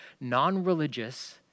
non-religious